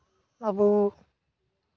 ᱟᱹᱵᱩ